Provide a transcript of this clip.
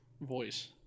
voice